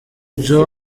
joe